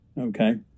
Okay